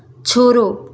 छोड़ो